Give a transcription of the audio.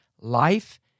life